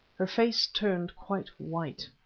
her face turned quite white,